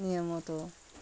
নিয়ম মতো